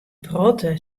protte